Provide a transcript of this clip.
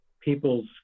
people's